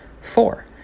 Four